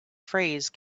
phrase